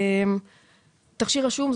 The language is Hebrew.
תכשיר רשום,